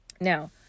Now